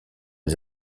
des